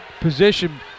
position